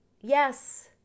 Yes